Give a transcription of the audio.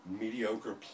Mediocre